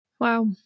Wow